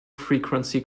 frequency